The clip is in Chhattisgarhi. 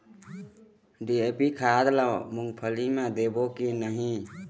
डी.ए.पी खाद ला मुंगफली मे देबो की नहीं?